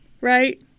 Right